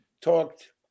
talked